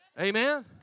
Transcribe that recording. Amen